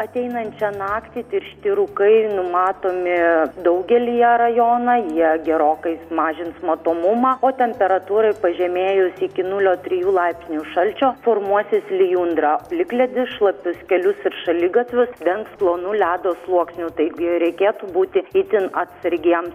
ateinančią naktį tiršti rūkai numatomi daugelyje rajoną jie gerokai sumažins matomumą o temperatūrai pažemėjus iki nulio trijų laipsnių šalčio formuosis lijundra plikledis šlapius kelius ir šaligatvius dengs plonu ledo sluoksniu taigi reikėtų būti itin atsargiems